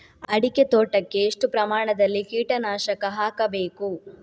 ಅಡಿಕೆ ತೋಟಕ್ಕೆ ಎಷ್ಟು ಪ್ರಮಾಣದಲ್ಲಿ ಕೀಟನಾಶಕ ಹಾಕಬೇಕು?